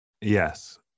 yes